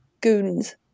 goons